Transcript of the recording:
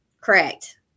Correct